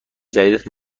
جدیدت